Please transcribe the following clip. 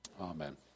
Amen